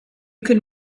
can